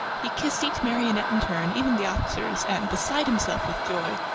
he kissed each marionette in turn, even the officers, and, beside himself with joy,